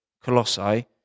Colossae